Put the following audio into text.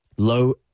low